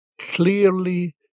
clearly